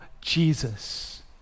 Jesus